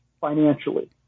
financially